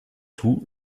tout